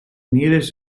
nearest